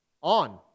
On